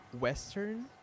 Western